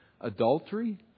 adultery